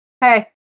hey